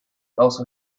also